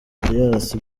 elias